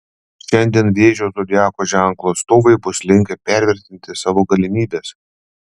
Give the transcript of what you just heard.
šiandien vėžio zodiako ženklo atstovai bus linkę pervertinti savo galimybes